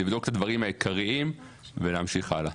נבדוק את הדברים העיקריים ונמשיך הלאה.